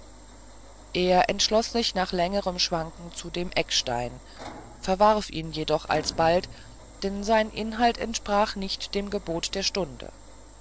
er entschloß sich nach längerem schwanken zu dem eckstein verwarf ihn jedoch alsbald denn sein inhalt entsprach nicht dem gebot der stunde